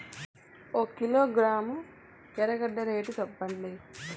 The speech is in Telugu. ఒక కిలోగ్రాము ఎర్రగడ్డ రేటు సెప్పండి?